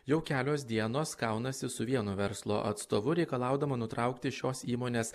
jau kelios dienos kaunasi su vienu verslo atstovu reikalaudama nutraukti šios įmonės